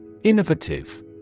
Innovative